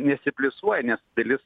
nesipliusuoja nes dalis